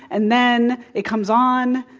and then it comes on,